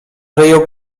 ryją